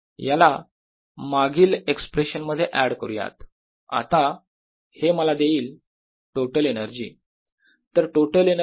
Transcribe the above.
याला मागील एक्सप्रेशन मध्ये ऍड करूयात आता हे मला देईल टोटल एनर्जी